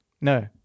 No